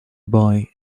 buy